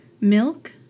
milk